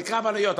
זה נקרא בעלויות,